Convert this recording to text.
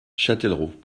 châtellerault